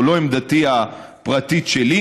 זו לא עמדתי הפרטית שלי.